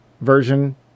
version